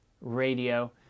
radio